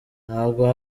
ntabwo